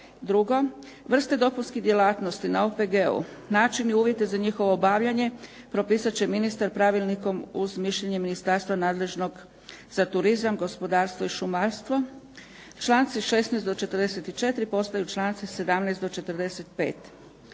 Drugo, vrste dopunskih djelatnosti na OPG-u, načini uvjeta za njihovo obavljanje propisat će ministar pravilnikom uz mišljenje ministarstva nadležnog za turizam, gospodarstvo i šumarstvo. Članci 16. do 44. postaju članci 17. do 45.